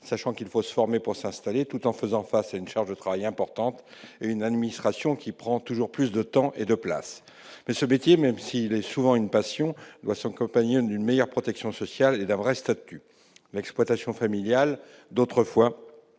effet, il faut se former pour s'installer tout en faisant face à une charge de travail importante et à une administration qui prend toujours plus de temps et de place ! Même s'il est souvent une passion, ce métier doit s'accompagner d'une meilleure protection sociale et d'un vrai statut. L'exploitation familiale d'autrefois